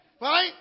right